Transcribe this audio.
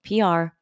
PR